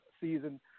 season